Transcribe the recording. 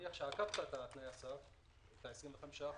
נניח שעברת את תנאי הסף של 25%,